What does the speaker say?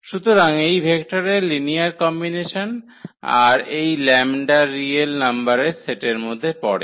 সুতরাং এই ভেক্টররের লিনিয়ার কম্বিনেশন আর এই ল্যাম্বডা রিয়েল নাম্বারের সেটের মধ্যে পড়ে